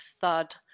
thud